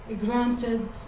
granted